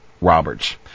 Roberts